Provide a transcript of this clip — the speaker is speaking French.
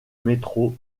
métro